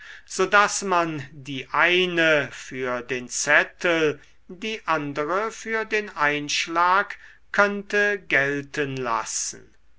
daß man die eine für den zettel die andere für den einschlag könnte gelten lassen